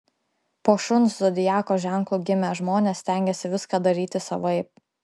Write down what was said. po šuns zodiako ženklu gimę žmonės stengiasi viską daryti savaip